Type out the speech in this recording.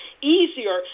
easier